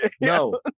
No